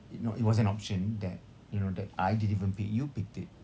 you know it was an option that you know that I didn't even pick you picked it